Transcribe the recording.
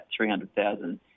300,000